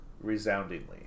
resoundingly